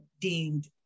deemed